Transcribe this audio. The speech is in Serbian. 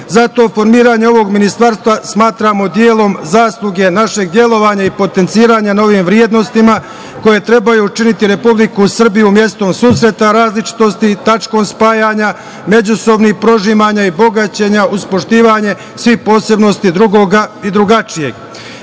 formiranje ovog ministarstva smatramo delom zasluge našeg delovanja i potenciranja ovih vrednosti koje trebaju učiniti Republiku Srbiju mestom susreta različitosti i tačkom spajanja, međusobnih prožimanja i bogaćenja uz poštovanje svih posebnosti drugoga i drugačijeg. Na